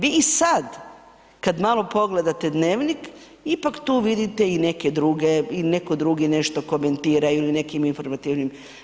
Vi i sada kada malo pogledate „Dnevnik“ ipak tu vidite i neke druge i neki drugi nešto komentiraju ili nekim informativnim.